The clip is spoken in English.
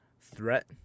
threat